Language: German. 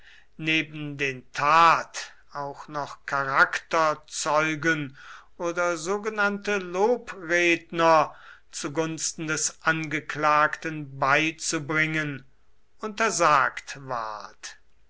neben den tat auch noch charakterzeugen oder sogenannte lobredner zugunsten des angeklagten beizubringen untersagt ward